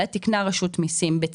אני חושב שמממנים את המשכנתא --- כסף